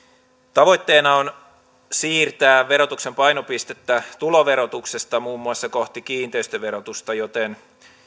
tavoitteena on siirtää verotuksen painopistettä tuloverotuksesta muun muassa kohti kiinteistöverotusta joten